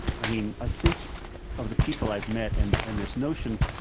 i mean, i think of the people i've met and and this notion